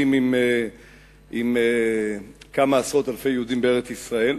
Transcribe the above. עם כמה עשרות אלפי יהודים בארץ-ישראל,